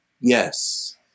yes